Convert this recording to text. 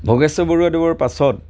ভোগেশ্বৰ বৰুৱাদেৱৰ পাছত